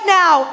now